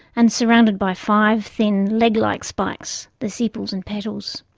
and surrounded by five thin leg-like spikes the sepals and petals.